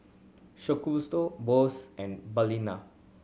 Shokubutsu Bose and Balina